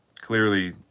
clearly